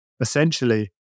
essentially